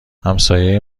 همسایه